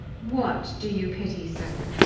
what do you pity, sir?